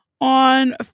on